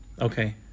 Okay